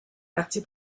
parti